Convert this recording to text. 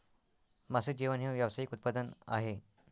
मासे जेवण हे व्यावसायिक उत्पादन आहे